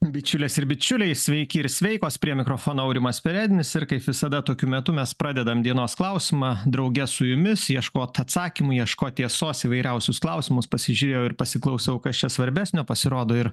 bičiulės ir bičiuliai sveiki ir sveikos prie mikrofono aurimas perednis ir kaip visada tokiu metu mes pradedam dienos klausimą drauge su jumis ieškot atsakymų ieškot tiesos įvairiausius klausimus pasižiūrėjau ir pasiklausiau kas čia svarbesnio pasirodo ir